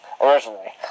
Originally